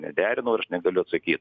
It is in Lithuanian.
nederinau ir aš negaliu atsakyt